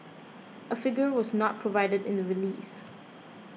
a figure was not provided in the release